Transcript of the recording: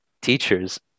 teachers